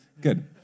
Good